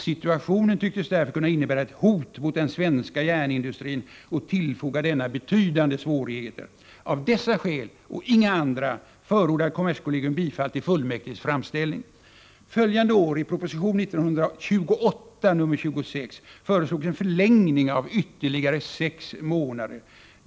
Situationen tycktes därför kunna innebära ett hot mot den svenska järnindustrin och tillfoga denna betydande svårigheter. Av dessa skäl — och inga andra — förordade kommerskollegium bifall till fullmäktiges framställning. Följande år, i proposition 1928:26, föreslogs en förlängning med ytterligare sex månader.